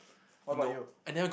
what about you